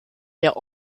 der